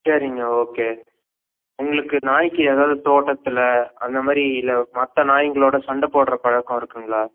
சரிங்க ஓகே உங்களுக்கு நாயிக்கு ஏதாவுது தோட்டத்தில் அந்த மாதிரியில மற்ற நாய்ங்களோட சண்டை போடுற பழக்கம் இருக்குதுங்களா